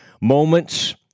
moments